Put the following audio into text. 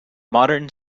modern